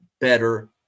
better